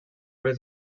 les